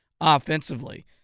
offensively